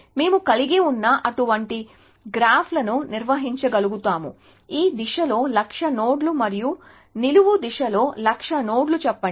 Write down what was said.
మేము కలిగి ఉన్న అటువంటి గ్రాఫ్లను నిర్వహించగలుగుతాము ఈ దిశలో లక్ష నోడ్లు మరియు నిలువు దిశలో లక్ష నోడ్లు చెప్పండి